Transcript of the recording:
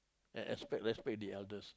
and res~ respect the elders